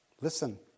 Listen